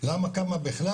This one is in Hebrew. למה קמה בכלל?